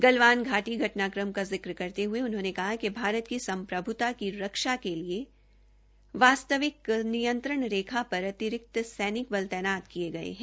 गलवान घा ी घ नाक्रम का जिक्र करते हये उन्होंने कहा कि भारत की संप्रभता की रक्षा के लिए वास्तविक नियंत्रण रेख पर अतिरिक्त सैनिक बल तैनात किये गये है